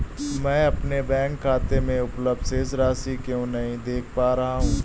मैं अपने बैंक खाते में उपलब्ध शेष राशि क्यो नहीं देख पा रहा हूँ?